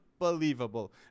unbelievable